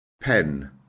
pen